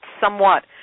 somewhat